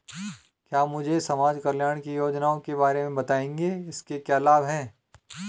क्या मुझे समाज कल्याण की योजनाओं के बारे में बताएँगे इसके क्या लाभ हैं?